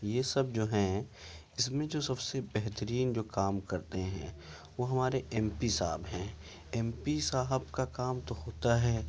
یہ سب جو ہیں اس میں جو سب سے بہترین جو کام کرتے ہیں وہ ہمارے ایم پی صاحب ہیں ایم پی صاحب کا کام تو ہوتا ہے